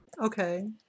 Okay